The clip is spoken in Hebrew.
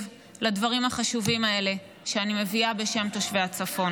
לדברים החשובים האלה שאני מביאה בשם תושבי הצפון.